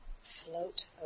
float